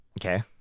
okay